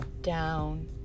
down